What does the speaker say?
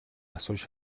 асууж